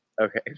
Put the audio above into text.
Okay